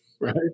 Right